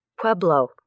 Pueblo